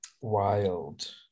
Wild